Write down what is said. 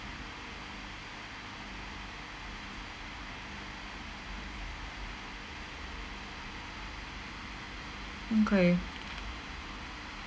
mm kay